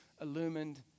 illumined